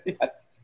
Yes